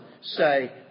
say